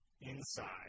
inside